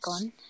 on